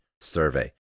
survey